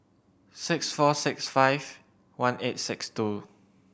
six four six five one eight six two